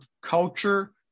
culture